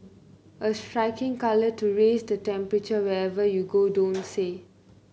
a striking colour to raise the temperature wherever you go don't you say